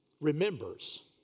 remembers